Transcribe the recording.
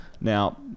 Now